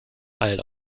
allen